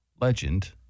legend